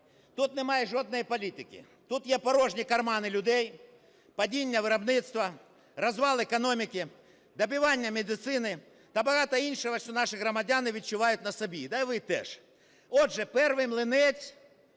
Тут немає жодної політики, тут є порожні кармани людей, падіння виробництва, розвал економіки, добивання медицини та багато іншого, що наші громадяни відчувають на собі. Та і ви теж. Отже, перший млинець